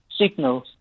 signals